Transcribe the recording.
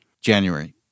January